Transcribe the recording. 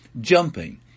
jumping